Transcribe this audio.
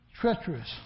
Treacherous